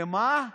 למה?